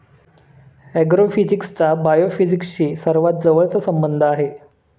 ऍग्रोफिजिक्सचा बायोफिजिक्सशी सर्वात जवळचा संबंध आहे